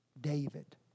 David